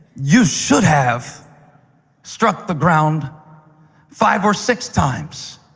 you should have struck the ground five or six times